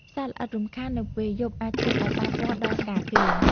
សត្វល្អិតរំខាននៅពេលយប់អាចធ្វើឱ្យប៉ះពាល់ដល់ការគេង។